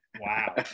Wow